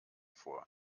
vor